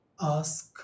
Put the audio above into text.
ask